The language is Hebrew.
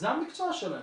המקצוע שלהם.